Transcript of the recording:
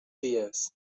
dies